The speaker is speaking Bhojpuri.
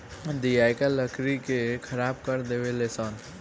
दियाका लकड़ी के खराब कर देवे ले सन